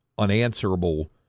unanswerable